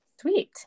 sweet